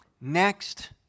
Next